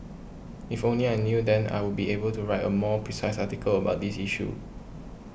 if only I knew then I would be able to write a more precise article about this issue